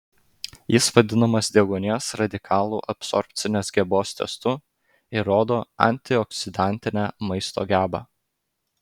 jis vadinamas deguonies radikalų absorbcinės gebos testu ir rodo antioksidantinę maisto gebą